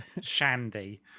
shandy